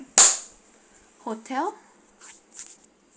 hotel